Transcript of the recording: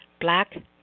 black